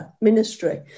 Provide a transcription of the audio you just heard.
ministry